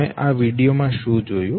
તમે આ વિડિયો માં શું જોયું